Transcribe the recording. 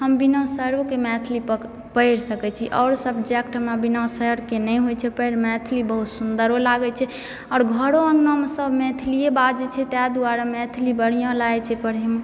हम बिना सर ओ के मैथिली पढ़ि सकैक्षछी आओर सब्जेक्टमे बिना सर के नहि होइ छै पढ़ि मैथिली के बहुत सुन्दर ओ लागै छै आओर घरो अंगना मे सब मैथिलिये बाजै छै ताहि दुआरे मैथिली बढ़िऑं लागै छै पढ़े मे